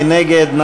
מי נגד?